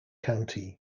county